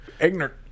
ignorant